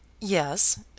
Yes